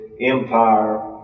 empire